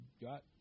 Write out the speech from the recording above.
got